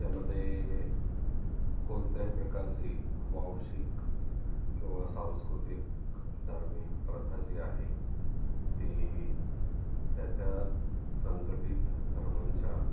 त्यामध्ये कोणत्याही प्रकारची वाांशिक किंवा सांस्कृतिक धार्मिक प्रथा जी आहे ती त्या त्या संघटित धर्मांच्या